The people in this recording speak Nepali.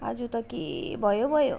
आज त के भयो भयो